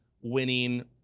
winning